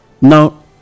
now